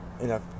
enough